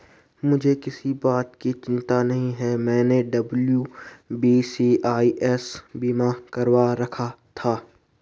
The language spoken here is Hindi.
मुझे किसी बात की चिंता नहीं है, मैंने डब्ल्यू.बी.सी.आई.एस बीमा करवा रखा था